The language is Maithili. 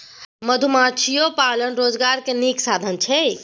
मधुमाछियो पालन रोजगार के नीक साधन छइ